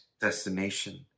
destination